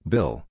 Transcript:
Bill